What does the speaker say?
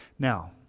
Now